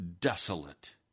desolate